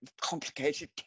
complicated